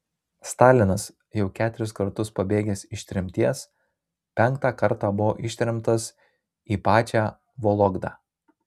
stalinas jau keturis kartus pabėgęs iš tremties penktą kartą buvo ištremtas į pačią vologdą